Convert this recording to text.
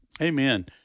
Amen